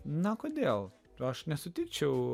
na kodėl aš nesutikčiau